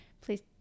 please